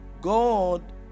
God